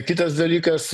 kitas dalykas